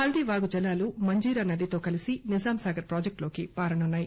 హల్దీ వాగు జలాలు మంజీరా నదితో కలిసి నిజాంసాగర్ ప్రాజెక్టులోకి పారనున్నాయి